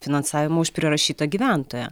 finansavimą už prirašytą gyventoją